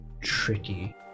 tricky